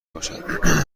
باشد